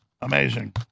amazing